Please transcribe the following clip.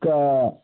तऽ